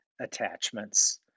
attachments